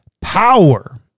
power